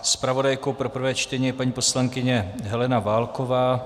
Zpravodajkou pro prvé čtení je paní poslankyně Helena Válková.